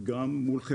תיירות באגף תקציבים,